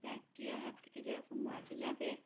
bacteria হাত থেকে যেরকম বাঁচা যাবে